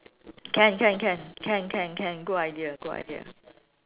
can can can can can can good idea good idea